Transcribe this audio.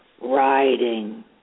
Riding